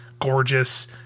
gorgeous